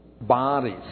bodies